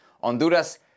Honduras